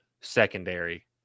secondary